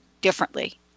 differently